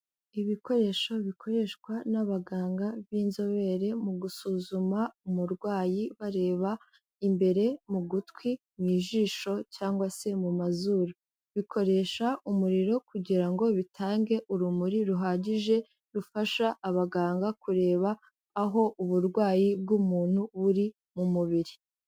Ibikoresho bikoreshwa n'abaganga b'inzobere mu gusuzuma umurwayi bareba imbere mu gutwi, mu ijisho cyangwa se mu mazuru, bikoresha umuriro kugira ngo bitange urumuri ruhagije rufasha abaganga kureba aho uburwayi bw'umuntu buri mu mubiri.